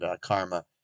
Karma